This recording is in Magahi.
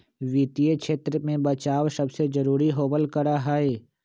वित्तीय क्षेत्र में बचाव सबसे जरूरी होबल करा हई